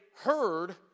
heard